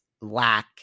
lack